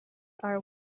are